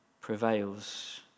prevails